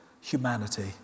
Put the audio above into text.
humanity